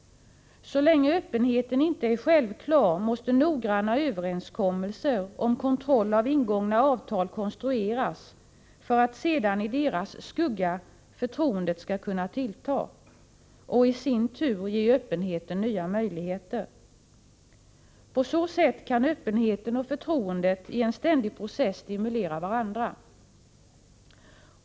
Så länge öppenheten inte är självklar måste noggranna överenskommelser om kontroll av ingångna avtal konstrueras, för att sedan, i deras skugga, förtroendet skall kunna tillta och i sin tur ge öppenheten nya möjligheter. På så sätt kan öppenheten och förtroendet i en ständig process stimulera varandra.